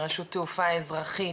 מרשות תעופה אזרחית,